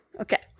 Okay